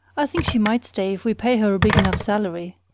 i think she might stay if we pay her a big enough salary.